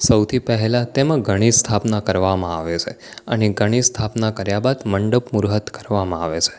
સૌથી પહેલાં તેમા ગણેશ સ્થાપના કરવામાં આવે છે અને ગણેશ સ્થાપના કર્યા બાદ મંડપ મુહૂર્ત કરવામાં આવે છે